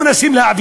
אבל הם לא.